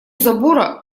забора